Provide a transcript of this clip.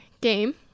game